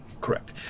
Correct